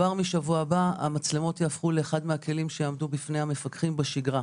כבר משבוע הבא המצלמות יהפכו לאחד מהכלים שיעמדו בפני המפקחים בשגרה.